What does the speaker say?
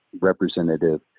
representative